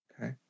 Okay